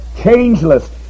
changeless